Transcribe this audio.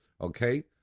okay